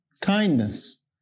kindness